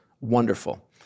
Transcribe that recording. wonderful